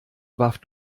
warf